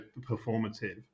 performative